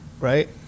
right